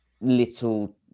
little